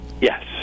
Yes